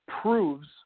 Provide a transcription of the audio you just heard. proves